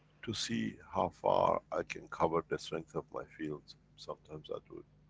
to see how far i can cover the strength of my fields, sometimes i do it